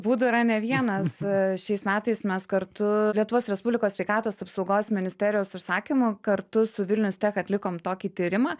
būdų yra ne vienas a šiais metais mes kartu lietuvos respublikos sveikatos apsaugos ministerijos užsakymu kartu su vilnius tech atlikom tokį tyrimą